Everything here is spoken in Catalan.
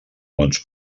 mons